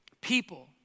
people